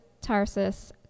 Tarsus